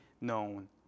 known